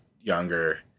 younger